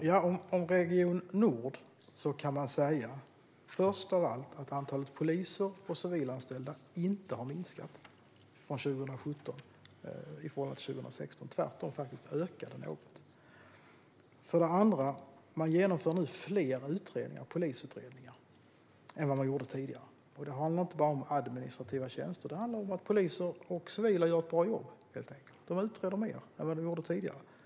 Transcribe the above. Fru talman! För det första: Om Region nord kan man säga att antalet poliser och civilanställda inte har minskat under 2017 i förhållande till 2016. Tvärtom ökade de något. För det andra: Man genomför nu fler polisutredningar än vad man gjorde tidigare. Det handlar inte bara om administrativa tjänster, utan det handlar helt enkelt om att poliser och civila gör ett bra jobb. De utreder fler brott än vad de gjorde tidigare.